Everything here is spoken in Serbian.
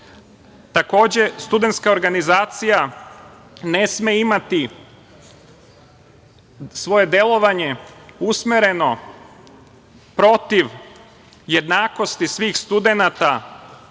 Takođe, studentska organizacija ne sme imati svoje delovanje usmereno protiv jednakosti svih studenata